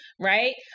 right